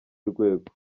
rwego